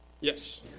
Yes